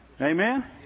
Amen